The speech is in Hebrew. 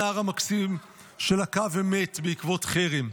הנער המקסים שלקה ומת בעקבות חרם: